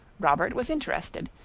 robert was interested,